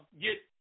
get